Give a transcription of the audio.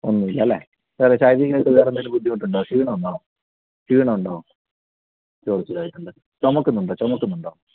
ഒന്നുമില്ല അല്ലെ വേറെ ശാരീരികമായിട്ട് വേറേ എന്തെങ്കിലും ബുദ്ധിമുട്ടുണ്ടോ ക്ഷീണം ഉണ്ടോ ക്ഷീണം ഉണ്ടോ ചെറുതായിട്ടുണ്ട് ചുമക്കുന്നുണ്ടോ ചുമക്കുന്നുണ്ടോ